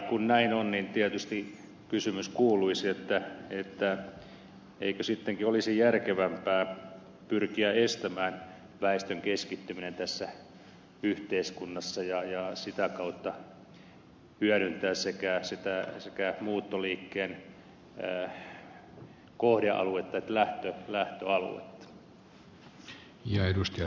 kun näin on niin tietysti kysymys kuuluisi eikö sittenkin olisi järkevämpää pyrkiä estämään väestön keskittyminen tässä yhteiskunnassa ja sitä kautta hyödyntää sekä muuttoliikkeen kohdealuetta että lähtöaluetta